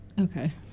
Okay